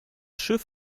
schiff